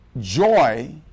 joy